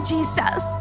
Jesus